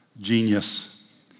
Genius